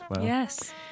Yes